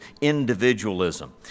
individualism